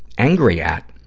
angry at,